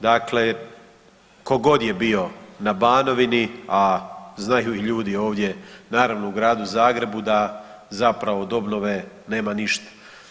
Dakle, tko god je bio na Banovini, a znaju ljudi ovdje naravno i u gradu Zagrebu da zapravo od obnove nema ništa.